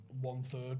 one-third